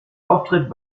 auftritt